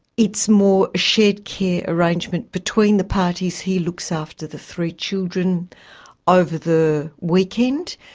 it's more shared care arrangement between the parties. he looks after the three children over the weekend,